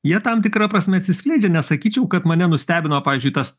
jie tam tikra prasme atsiskleidžia nesakyčiau kad mane nustebino pavyzdžiui tas